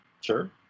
sure